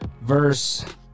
verse